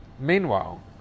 Meanwhile